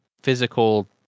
physical